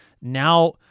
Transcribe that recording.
Now